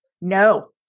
No